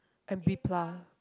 and B plus